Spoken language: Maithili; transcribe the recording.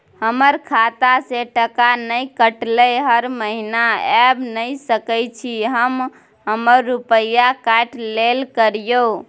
हमर खाता से टका नय कटलै हर महीना ऐब नय सकै छी हम हमर रुपिया काइट लेल करियौ?